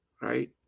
right